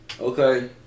Okay